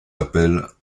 appellent